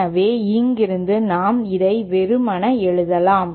எனவே இங்கிருந்து நாம் இதை வெறுமனே எழுதலாம்